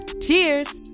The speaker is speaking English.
cheers